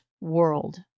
world